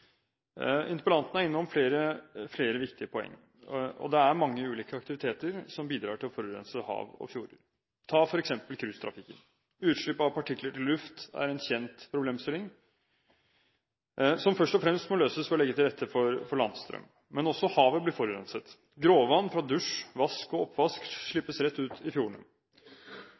Interpellanten er innom flere viktige poeng. Det er mange ulike aktiviteter som bidrar til å forurense hav og fjorder. Ta f.eks. cruisetrafikken: Utslipp av partikler til luft er en kjent problemstilling, som først og fremst må løses ved å legge til rette for landstrøm. Men også havet blir forurenset. Gråvann fra dusj, vask og oppvask slippes rett ut i fjordene.